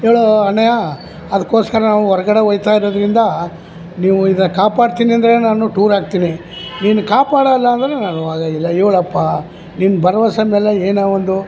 ಹೇಳೋ ಅಣ್ಣಯ್ಯ ಅದ್ಕೋಸ್ಕರ ನಾವು ಹೊರ್ಗಡೆ ಹೋಗ್ತಾ ಇರೋದ್ರಿಂದ ನೀವು ಈಗ ಕಾಪಾಡ್ತಿನಿ ಅಂದರೆ ನಾನು ಟೂರ್ ಹಾಕ್ತಿನಿ ನೀನು ಕಾಪಾಡಲ್ಲಾಂದರೆ ನಾನು ಹೋಗೆ ಇಲ್ಲ ಹೇಳಪ್ಪ ನಿನ್ನ ಭರವಸೆ ಮೇಲೆ ಏನೋ ಒಂದು